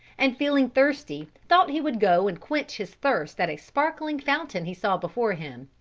and feeling thirsty thought he would go and quench his thirst at a sparkling fountain he saw before him.